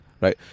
Right